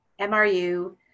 MRU